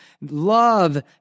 Love